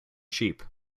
sheep